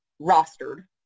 rostered